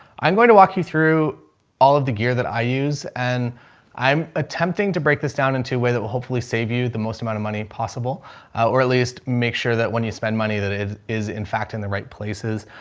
i'm going to walk you through all of the gear that i use and i'm attempting to break this down into way that will hopefully save you the most amount of money possible or at least make sure that when you spend money that is in fact in the right places.